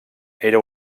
era